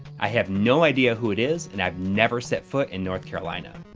i have no idea who it is and i've never set foot in north carolina.